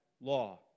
law